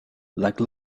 like